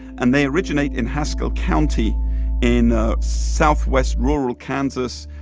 and they originate in haskell county in ah southwest rural kansas,